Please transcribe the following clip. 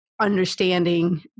understanding